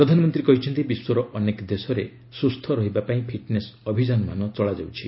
ପ୍ରଧାନମନ୍ତ୍ରୀ କହିଛନ୍ତି ବିଶ୍ୱର ଅନେକ ଦେଶରେ ସୁସ୍ଥ ରହିବା ପାଇଁ ଫିଟ୍ନେସ୍ ଅଭିଯାନମାନ ଚାଲିଛି